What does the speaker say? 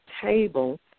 table